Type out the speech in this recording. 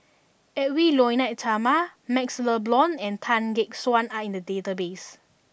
Edwy Lyonet Talma Maxle Blond and Tan Gek Suan are in the database